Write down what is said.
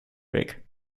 weg